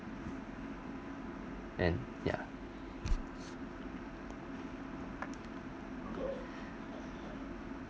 and ya